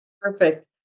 Perfect